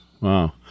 wow